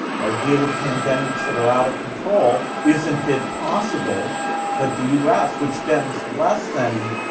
or deal with pandemics that are out of control. isn't it possible that the us which spends less than